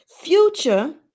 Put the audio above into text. Future